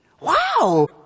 Wow